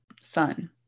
son